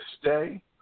stay